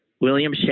William